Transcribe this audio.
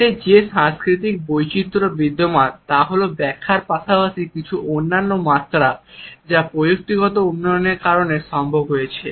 এতে যে সাংস্কৃতিক বৈচিত্র বিদ্যমান তা হলো ব্যাখ্যার পাশাপাশি কিছু অন্যান্য মাত্রা যা প্রযুক্তিগত উন্নয়নের কারণে সম্ভব হয়েছে